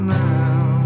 now